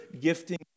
gifting